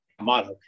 motto